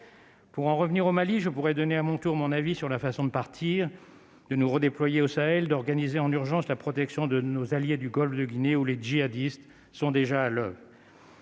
Pour en revenir au Mali, je pourrais donner à mon tour mon avis sur la façon de partir de nous redéployer au Sahel d'organiser en urgence la protection de nos alliés du Golfe de Guinée où les sont déjà l'.